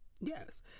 yes